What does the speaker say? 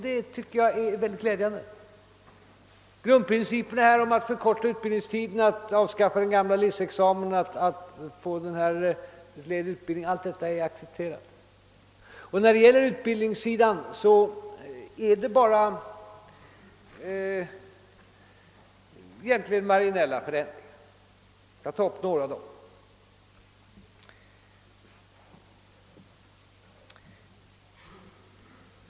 Jag tycker att detta är mycket glädjande. Grundprincipen att förkorta utbildningstiden, att avskaffa den gamla licentiatexamen och att åstadkomma enhetlig utbildning är accepterad. När det gäller utbildningssidan är det egentligen bara fråga om marginella förändringar. Jag skall ta upp några av dem.